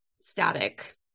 static